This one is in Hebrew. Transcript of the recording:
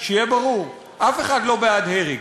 שיהיה ברור: אף אחד לא בעד הרג.